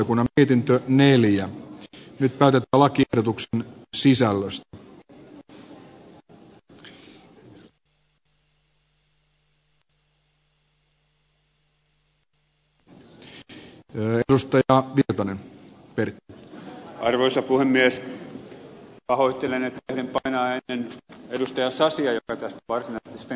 pahoittelen että ehdin painaa painiketta ennen edustaja sasia joka tästä varsinaisesti sitten meille kertoo mutta tämä on oikean suuntainen asia